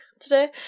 today